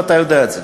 ואתה יודע את זה.